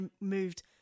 moved